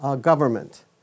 government